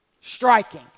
Striking